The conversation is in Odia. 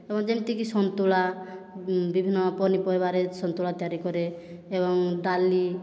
ଆମର ଯେମିତିକି ସନ୍ତୁଳା ବିଭିନ୍ନ ପନିପରିବାରେ ସନ୍ତୁଳା ତିଆରି କରେ ଏବଂ ଡାଲି